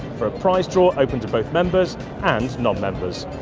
for a prize draw open to both members and non-members.